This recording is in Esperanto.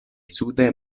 sude